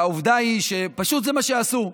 והעובדה היא שזה פשוט מה שעשו,